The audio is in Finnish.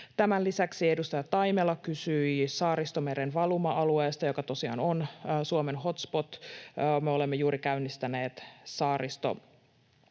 Tämän lisäksi edustaja Taimela kysyi Saaristomeren valuma-alueesta, joka tosiaan on Suomen hotspot. Me olemme juuri käynnistäneet Saaristomeri-ohjelman,